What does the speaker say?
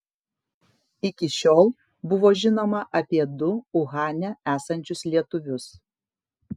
iki šiol buvo žinoma apie du uhane esančius lietuvius